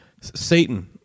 Satan